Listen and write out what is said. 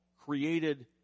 Created